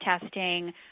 testing